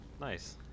Nice